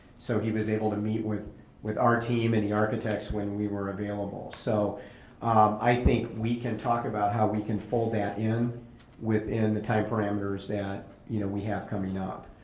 so he was able to meet with with our team and the architects when we weren't available. so i i think we can talk about how we can fold that in within the time parameters that you know we have coming up.